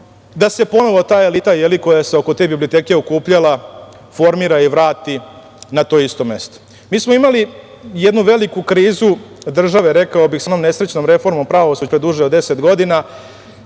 da se ponovo ta elita, je li, koja se oko te biblioteke okupljala, formira i vrati na to isto mesto. Mi smo imali jednu veliku krizu države, rekao bih, sa onom nesrećnom reformom pravosuđa pre duže od deset godina,